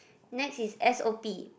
next is S_O_P